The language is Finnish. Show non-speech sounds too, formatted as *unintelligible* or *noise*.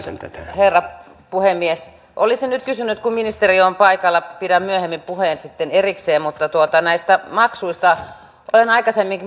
herra puhemies olisin nyt kysynyt kun ministeri on paikalla pidän myöhemmin puheen sitten erikseen näistä maksuista olen aikaisemmin *unintelligible*